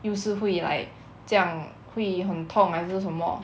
又是会 like 这样会很痛还是什么